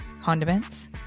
condiments